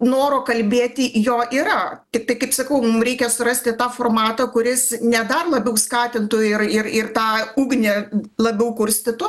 noro kalbėti jo yra tiktai kaip sakau mum reikia surasti tą formatą kuris ne dar labiau skatintų ir ir ir tą ugnį labiau kurstytų